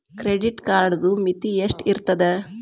Credit ಕಾರ್ಡದು ಮಿತಿ ಎಷ್ಟ ಇರ್ತದ?